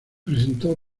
presentó